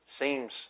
seems